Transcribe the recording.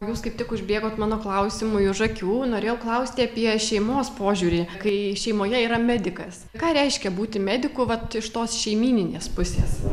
jūs kaip tik užbėgot mano klausimui už akių norėjau klausti apie šeimos požiūrį kai šeimoje yra medikas ką reiškia būti mediku vat iš tos šeimyninės pusės